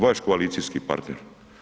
Vaš koalicijski partner.